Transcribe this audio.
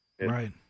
Right